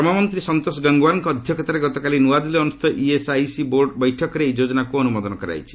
ଶମମନ୍ତ୍ରୀ ସନ୍ତୋଷ ଗଙ୍ଗଓ଼ାରଙ୍କ ଅଧ୍ୟକ୍ଷତାରେ ଗତକାଲି ନୂଆଦିଲ୍ରୀରେ ଅନୁଷ୍ଠିତ ଇଏସ୍ଆଇସି ବୋର୍ଡ ବୈଠକରେ ଏହି ଯୋଜନାକୁ ଅନୁମୋଦନ କରାଯାଇଛି